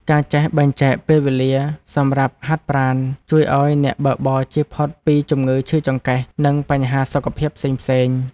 ការចេះបែងចែកពេលវេលាសម្រាប់ហាត់ប្រាណជួយឱ្យអ្នកបើកបរជៀសផុតពីជំងឺឈឺចង្កេះ និងបញ្ហាសុខភាពផ្សេងៗ។